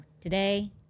today